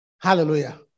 Hallelujah